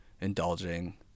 indulging